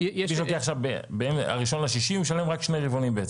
שלוקח ב-1.6 משלם רק שני רבעונים?